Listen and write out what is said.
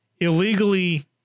illegally